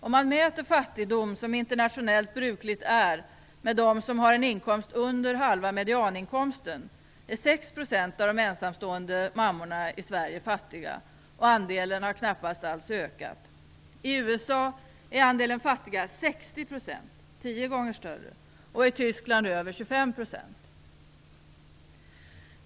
Om man mäter fattigdom, som internationellt brukligt är, med dem som har en inkomst under halva medianinkomsten är 6 % av de ensamstående mammorna i Sverige fattiga och andelen har knappast alls ökat. I USA är andelen fattiga 60 %, tio gånger större, och i Tyskland över 25 %.